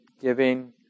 giving